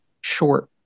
short